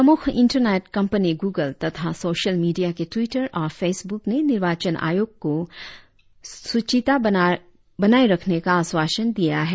प्रमुख internet company Google तथा social media के ट्वीटर और फेसबुक ने निर्वाचन आयोग को चुनावों की शुचिता बनाये रखने का आश्वासन दिया है